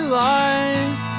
life